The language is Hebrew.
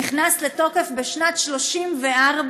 נכנס לתוקף בשנת 1934,